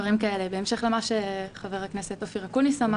בהמשך למה שחבר הכנסת אופיר סופר אמר